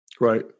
Right